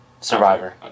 Survivor